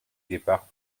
départ